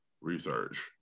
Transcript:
research